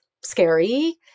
scary